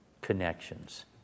connections